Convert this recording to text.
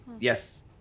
yes